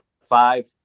five